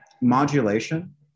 modulation